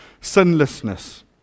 sinlessness